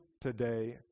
today